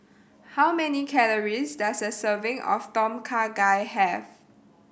how many calories does a serving of Tom Kha Gai have